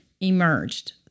emerged